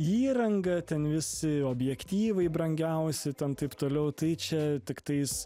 įranga ten visi objektyvai brangiausi ten taip toliau tai čia tiktais